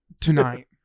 Tonight